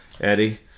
eddie